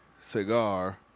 cigar